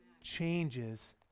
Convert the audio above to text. changes